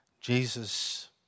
Jesus